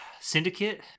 Syndicate